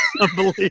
unbelievable